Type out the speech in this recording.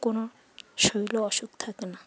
কোনো শরীরে অসুখ থাকে না